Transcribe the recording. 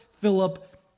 Philip